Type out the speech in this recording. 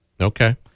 Okay